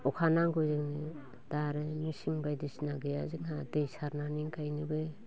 अखा नांगौ जोंनो दा आरो मेचिन बायदिसिना गैया जोंहा दै सारनानै गायनोबो